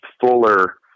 fuller